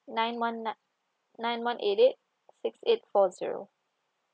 nine one nine nine one eight eight six eight four zero